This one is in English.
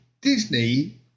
disney